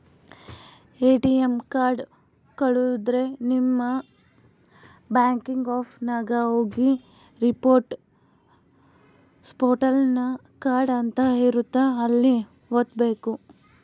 ATM card ಕಳುದ್ರೆ ನಿಮ್ banking app ನಾಗ ಹೋಗಿ ರಿಪೋರ್ಟ್ ಸ್ಟೋಲನ್ ಕಾರ್ಡ್ ಅಂತ ಇರುತ್ತ ಅಲ್ಲಿ ವತ್ತ್ಬೆಕು